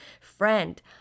friend